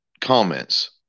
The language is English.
comments